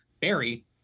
Barry